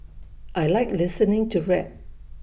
I Like listening to rap